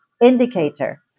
indicator